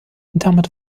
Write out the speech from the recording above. damit